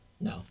no